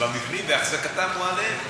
תיקון המבנים והחזקתם הוא עליהם.